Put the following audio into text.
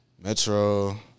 Metro